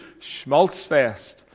schmaltzfest